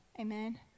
amen